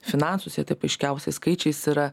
finansus jei taip aiškiausiais skaičiais yra